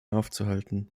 aufzuhalten